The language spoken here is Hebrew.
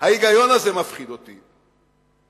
ההיגיון הזה מפחיד אותי,